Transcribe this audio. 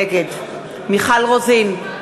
נגד מיכל רוזין,